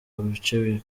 ibice